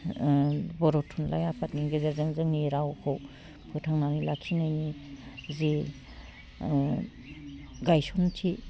बर' थुनलाइ आफादनि गेजेरजों जोंनि रावखौ फोथांनानै लाखिनायनि जे गायसनथि